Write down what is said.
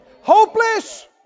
hopeless